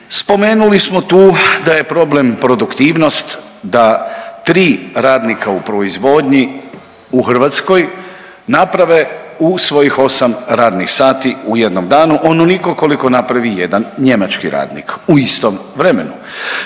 Spomenuli smo tu da je problem produktivnost, da tri radnika u proizvodnji u Hrvatskoj naprave u svojih 8 radnih sati u jednom danu onoliko koliko napravi jedan njemački radnik u istom vremenu.